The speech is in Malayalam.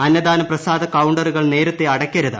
അന്നദാന പ്രസാദ കൌണ്ടറുകൾ നേരത്തെ അടയ്ക്കരുത്